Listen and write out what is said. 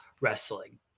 wrestling